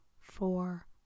four